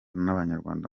n’abanyarwanda